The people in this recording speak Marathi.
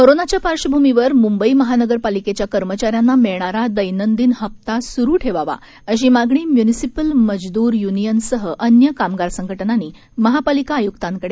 कोरोनाच्या पार्बभूमीवर मुंबई महानगर पालिकेच्या कर्मचाऱ्यांना मिळणारा दत्तदिन हप्तादिन हप्ता सुरु ठेवावा अशी मागणी म्यूनिसिपल मजदूर यूनियन सह अन्य कामगार संघटनांनी महापालिका आयुक्तांकडे केली आहे